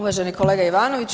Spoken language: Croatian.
Uvaženi kolega Ivanoviću.